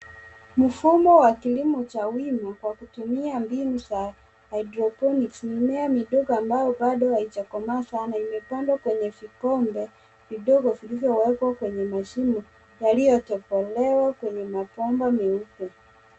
Mfumo wa kilimo cha wima kwa kutumia mbinu za hydroponics .Mimea midogo ambayo bado haijakomaa sana imepandwa kwenye vikombe vidogo vilivyowekwa kwenye mashimo yaliyotobolewa kwenye mabomba meupe.